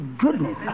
goodness